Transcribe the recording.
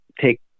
take